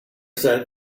said